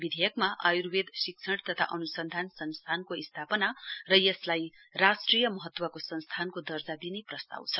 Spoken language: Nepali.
विधेयकमा आयुर्वेद शिक्षण तथा अनुसन्धान संस्थानको स्थापना र यसलाई राष्ट्रिय महत्वको संस्थानको दर्जा दिने प्रस्ताव छ